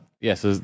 yes